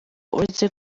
uretse